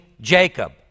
Jacob